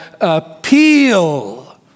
appeal